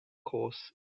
course